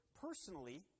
personally